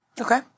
Okay